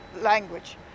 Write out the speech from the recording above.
language